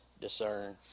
discern